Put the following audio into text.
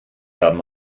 haben